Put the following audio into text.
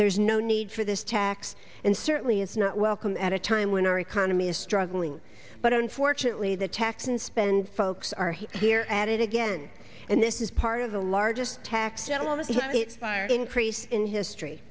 there's no need for this tax and certainly is not welcome at a time when our economy is struggling but unfortunately the tax and spend folks are here at it again and this is part of the largest tax gentleman fired increase in history